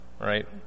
right